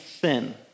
sin